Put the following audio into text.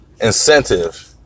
incentive